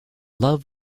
love